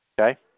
okay